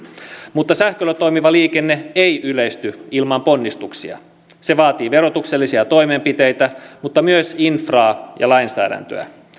mutta sähköllä toimiva liikenne ei yleisty ilman ponnistuksia se vaatii verotuksellisia toimenpiteitä mutta myös infraa ja lainsäädäntöä